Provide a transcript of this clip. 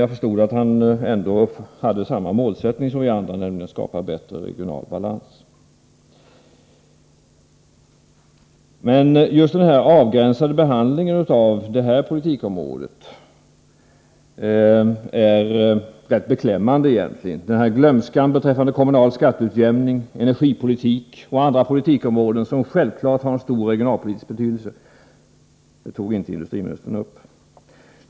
Jag förstod ändå att han hade samma målsättning som vi andra, nämligen att skapa bättre regional balans, men det var rätt beklämmande med den avgränsade behandlingen av detta politikområde, glömskan beträffande kommunal skatteutjämning, energipolitik och andra politiska områden som självfallet har stor regionalpolitisk betydelse och som industriministern inte tog upp.